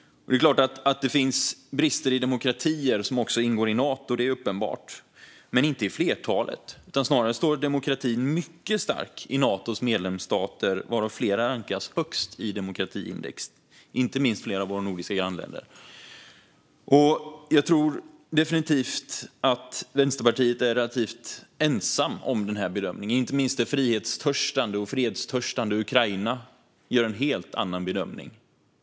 Det är klart att det finns brister i demokratier som ingår i Nato. Det är uppenbart. Men det gäller inte i flertalet. Snarare står demokratin mycket stark i Natos medlemsstater, varav flera rankas högst i demokratiindex. Det gäller inte minst flera av våra nordiska grannländer. Vänsterpartiet är relativt ensamt om den bedömningen. Det gäller inte minst det frihetstörstande Ukraina. Där gör de en helt annan bedömning.